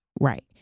Right